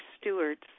stewards